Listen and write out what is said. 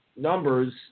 numbers